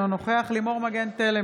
אינו נוכח לימור מגן תלם,